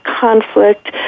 conflict